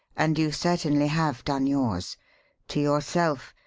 and you certainly have done yours to yourself,